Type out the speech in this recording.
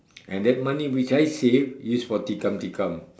and that money which I save is for tikam tikam